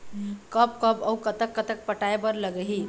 कब कब अऊ कतक कतक पटाए बर लगही